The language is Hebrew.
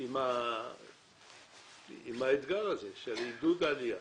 עם האתגר הזה של עידוד עלייה,